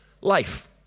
Life